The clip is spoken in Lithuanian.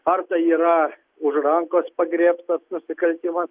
ar tai yra už rankos pagriebtas nusikaltimas